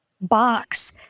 box